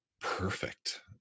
perfect